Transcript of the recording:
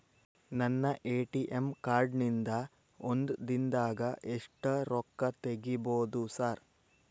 ನನ್ನ ATM card ನಿಂದಾ ಒಂದ್ ದಿಂದಾಗ ಎಷ್ಟ ರೊಕ್ಕಾ ತೆಗಿಬೋದು ಸಾರ್?